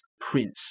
prince